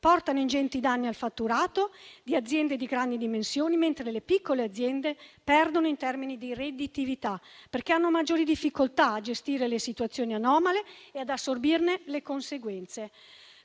portano ingenti danni al fatturato di aziende di grandi dimensioni, mentre le piccole aziende perdono in termini di redditività, perché hanno maggiori difficoltà a gestire le situazioni anomale e ad assorbirne le conseguenze.